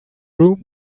room